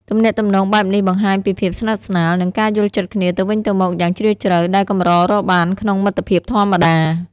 ទំនាក់ទំនងបែបនេះបង្ហាញពីភាពស្និទ្ធស្នាល និងការយល់ចិត្តគ្នាទៅវិញទៅមកយ៉ាងជ្រាលជ្រៅ ដែលកម្ររកបានក្នុងមិត្តភាពធម្មតា។